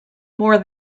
more